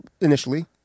initially